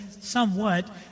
somewhat